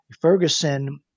Ferguson